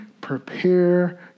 prepare